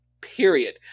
Period